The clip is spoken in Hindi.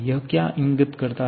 यह क्या इंगित करता है